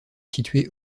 situé